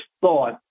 thought